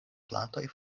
plantoj